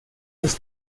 los